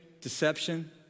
deception